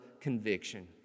conviction